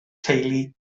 teulu